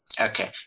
Okay